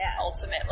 Ultimately